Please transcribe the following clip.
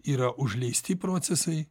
yra užleisti procesai